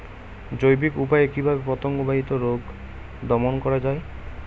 জৈবিক উপায়ে কিভাবে পতঙ্গ বাহিত রোগ দমন করা যায়?